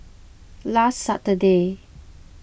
last Saturday